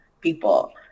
people